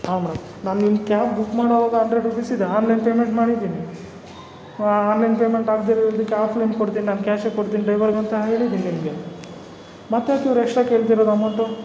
ಹಾಂ ಮೇಡಮ್ ನಾನು ನಿಮ್ಮ ಕ್ಯಾಬ್ ಬುಕ್ ಮಾಡೋವಾಗ ಹಂಡ್ರೆಡ್ ರುಪೀಸ್ ಇದೆ ಆನ್ಲೈನ್ ಪೇಮೆಂಟ್ ಮಾಡಿದ್ದೀನಿ ಆನ್ಲೈನ್ ಪೇಮೆಂಟ್ ಆಗದೇ ಇರೋದಕ್ಕೆ ಆಫ್ಲೈನ್ ಕೊಡ್ತೀನಿ ನಾನು ಕ್ಯಾಶೆ ಕೊಡ್ತೀನಿ ಡ್ರೈವರಿಗೆ ಅಂತ ಹೇಳಿದೀನಿ ನಿಮಗೆ ಮತ್ತು ಯಾಕೆ ಇವ್ರು ಎಕ್ಸ್ಟ್ರ ಕೇಳ್ತಿರೋದು ಅಮೌಂಟು